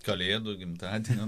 kalėdų gimtadienio